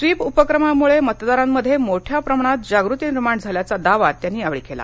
sweep उपक्रमामुळे मतदारांमध्ये मोठ्या प्रमाणात जागृती निर्माण झाल्याचा दावा त्यांनी केला